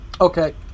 Okay